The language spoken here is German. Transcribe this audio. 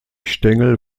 stängel